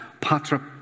patra